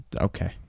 Okay